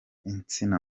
insina